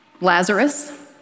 Lazarus